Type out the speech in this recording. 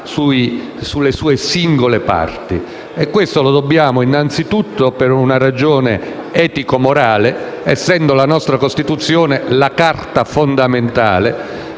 sulle sue singole parti. Lo impone innanzitutto una ragione etico-morale, essendo la nostra Costituzione la Carta fondamentale